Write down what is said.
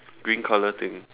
green color thing